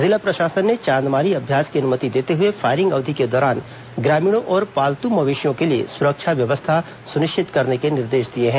जिला प्रशासन ने चांदमारी अभ्यास की अनुमति देते हुए फायरिंग अवधि के दौरान ग्रामीणों और पालतू मवेशियों के लिए सुरक्षा व्यवस्था सुनिश्चित करने के निर्देश दिए हैं